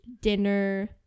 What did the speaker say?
dinner